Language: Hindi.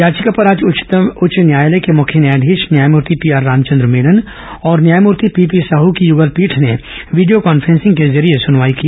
याचिका पर आज उच्च न्यायालय के मुख्य न्यायाधीश न्यायमूर्ति पीआर रामचंद्र मेनन और न्यायमूर्ति पीपी साह की यूगलपीठ ने वीडियो कांफ्रेसिंग के जरिए सुनवाई की